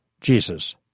Jesus